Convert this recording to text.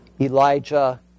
Elijah